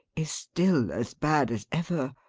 is still as bad as ever.